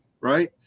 right